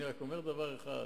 אני רק אומר דבר אחד,